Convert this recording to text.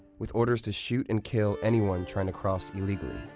with orders to shoot and kill anyone trying to cross illegally.